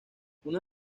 una